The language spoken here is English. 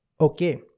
Okay